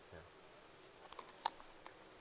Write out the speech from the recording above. ya